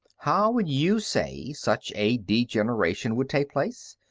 how would you say such a degeneration would take place?